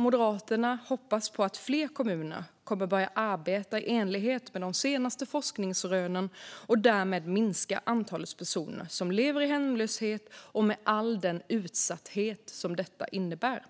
Moderaterna hoppas att fler kommuner kommer att börja arbeta i enlighet med de senaste forskningsrönen och därmed minska antalet personer som lever i hemlöshet och med all den utsatthet som det innebär.